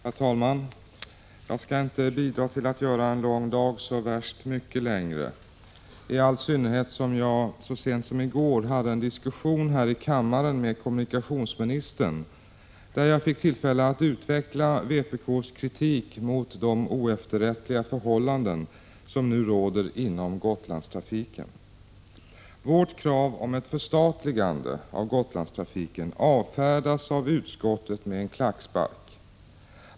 Herr talman! Jag skall inte bidra till att göra en lång dag så värst mycket längre, i synnerhet som jag så sent som i går hade en diskussion här i kammaren med kommunikationsministern, då jag fick tillfälle att utveckla vpk:s kritik mot de oefterrättliga förhållanden som nu råder inom Gotlandstrafiken. Vårt krav på ett förstatligande av Gotlandstrafiken avfärdas av utskottet 171 Prot. 1986/87:127 med en klackspark.